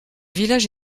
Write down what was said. village